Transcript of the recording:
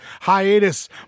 hiatus